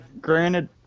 granted